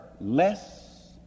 less